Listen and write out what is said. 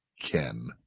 Ken